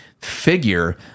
figure